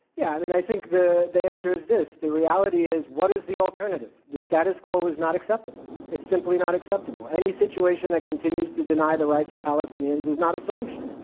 yeah. i mean, i think the the answer is this. the reality is what is the alternative? the status quo is not acceptable. it's simply not acceptable. any situation that continues to deny the rights of palestinians is not a solution.